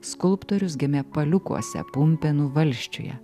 skulptorius gimė paliukuose pumpėnų valsčiuje